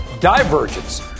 divergence